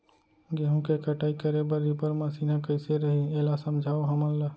गेहूँ के कटाई करे बर रीपर मशीन ह कइसे रही, एला समझाओ हमन ल?